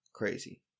Crazy